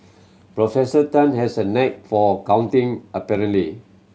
Professor Tan has a knack for counting apparently